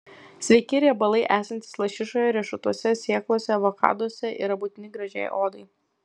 sveiki riebalai esantys lašišoje riešutuose sėklose avokaduose yra būtini gražiai odai